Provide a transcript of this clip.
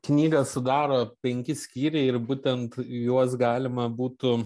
knygą sudaro penki skyriai ir būtent juos galima būtų